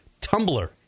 Tumblr